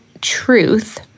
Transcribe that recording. truth